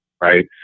right